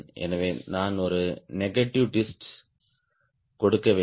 எனவே நான் ஒரு நெகட்டிவ் ட்விஸ்ட் கொடுக்க வேண்டும்